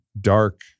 dark